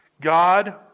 God